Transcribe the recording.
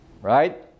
Right